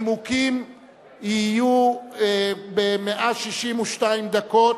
שהנימוקים יהיו ב-162 דקות,